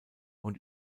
und